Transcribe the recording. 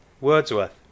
Wordsworth